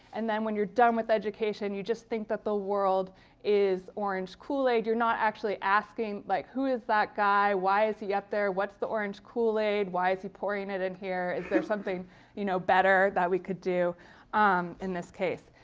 and then when you're done with education, you just think that the world is orange kool-aid. you're not actually asking. like who is that guy? why is he up there? what's the orange kool-aid? why is he pouring it in here? is there something you know better that we could do um in this case?